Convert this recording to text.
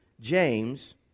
James